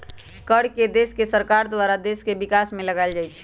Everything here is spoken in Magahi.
कर के देश के सरकार के द्वारा देश के विकास में लगाएल जाइ छइ